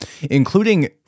including